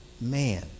man